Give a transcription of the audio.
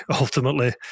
ultimately